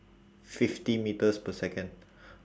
fifty metres per second